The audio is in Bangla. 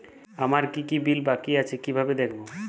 আমার কি কি বিল বাকী আছে কিভাবে দেখবো?